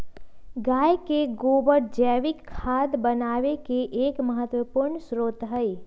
गाय के गोबर जैविक खाद बनावे के एक महत्वपूर्ण स्रोत हई